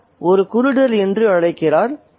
அவர் ஒரு குருடர் என்று அழைக்கிறார்